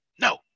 No